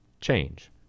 change